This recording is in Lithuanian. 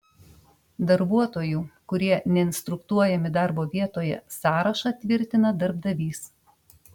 darbuotojų kurie neinstruktuojami darbo vietoje sąrašą tvirtina darbdavys